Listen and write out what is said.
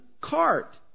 cart